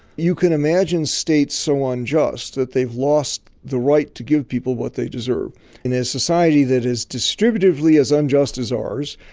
you can imagine states so unjust that they've lost the right to give people what they deserve in a society that is distributed fully as unjust as ours.